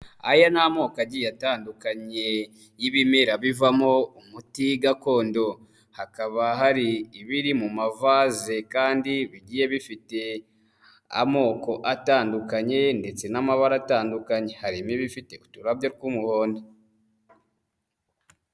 Aya ni amoko agiye atandukanye y'ibimera bivamo umuti gakondo, hakaba hari ibiri mu mavaze kandi bigiye bifite amoko atandukanye ndetse n'amabara atandukanye, harimo ibifite uturabyo tw'umuhondo.